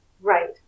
Right